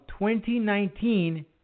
2019